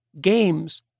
Games